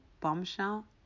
bombshell